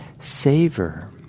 savor